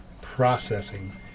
processing